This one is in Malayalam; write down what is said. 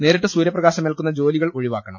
നേരിട്ട് സൂര്യപ്രകാശ മേൽക്കുന്ന ജോലികൾ ഒഴിവാക്കണം